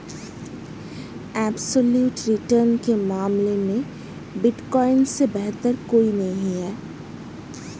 absolute return के मामले में बिटकॉइन से बेहतर कोई नहीं है